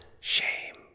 shame